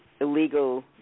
illegal